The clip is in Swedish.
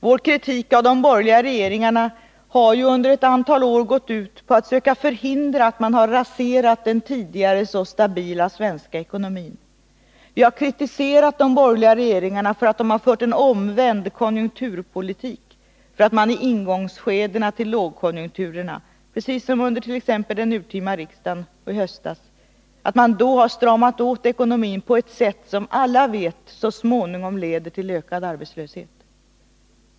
Vår kritik av de borgerliga regeringarna har under ett antal år gått ut på att söka förhindra att man raserar den tidigare så stabila svenska ekonomin. Vi har kritiserat de borgerliga regeringarna för att de har fört en omvänd konjunkturpolitik, för att de i ingångsskedena till en lågkonjunktur, precis som t.ex. vid det urtima riksmötet i höstas, har stramat åt ekonomin på ett sätt som alla vet så småningom leder till ökad arbetslöshet.